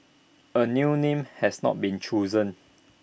A new name has not been chosen